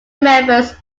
members